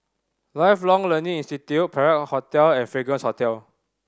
Lifelong Learning Institute Perak Hotel and Fragrance Hotel